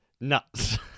nuts